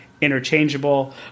interchangeable